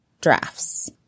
drafts